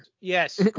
yes